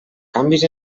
canvis